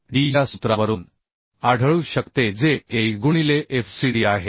D या सूत्रावरून आढळू शकते जे AEगुणिले FCD आहे